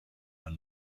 are